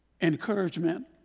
encouragement